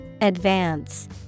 Advance